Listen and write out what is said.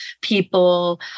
people